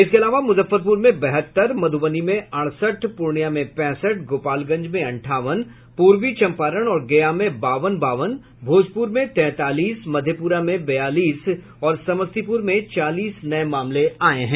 इसके अलावा मुजफ्फरपुर में बहत्तर मधुबनी में अड़सठ पूर्णिया में पैंसठ गोपालगंज में अंठावन पूर्वी चंपारण और गया में बावन बावन भोजपूर में तैंतालीस मधेपूरा में बयालीस और समस्तीपूर में चालीस नये मामले आये हैं